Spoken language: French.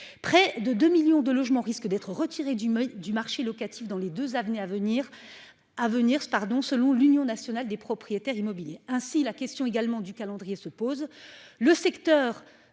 Près de 2 millions de logements risquent d'être retirés du menu du marché locatif dans les deux à venir à venir s'pardon. Selon l'Union nationale des propriétaires immobiliers. Ainsi la question également du calendrier se pose.